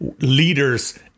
leaders